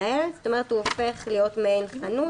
-- שמאפשרת להפעיל את המקומות והעסקים שמנויים בה בתנאים.